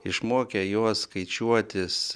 išmokė juos skaičiuotis